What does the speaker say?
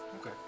Okay